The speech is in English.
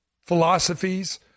philosophies